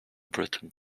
britain